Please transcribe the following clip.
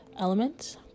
elements